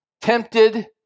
tempted